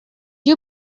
you